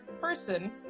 person